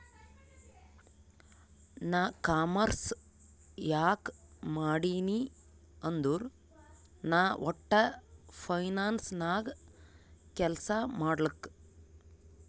ನಾ ಕಾಮರ್ಸ್ ಯಾಕ್ ಮಾಡಿನೀ ಅಂದುರ್ ನಾ ವಟ್ಟ ಫೈನಾನ್ಸ್ ನಾಗ್ ಕೆಲ್ಸಾ ಮಾಡ್ಲಕ್